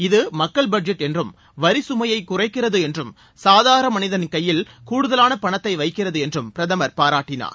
இது மக்கள் பட்ஜெட் என்றும் வரி சுமையை குறைக்கிறது என்றும் சாதாரண மனிதன் கையில் கூடுதலான பணத்தை வைக்கிறது என்றும் பிரதமர் பாராட்டினார்